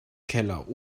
keller